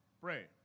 pray